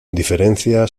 diferencia